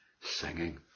singing